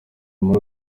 muri